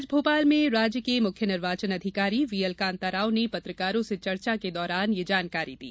आज भोपाल में राज्य के मुख्य निर्वाचन अधिकारी वी एल काताराव ने पत्रकारों से चर्चा के दौरान यह जानकारी दी